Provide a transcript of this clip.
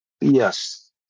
Yes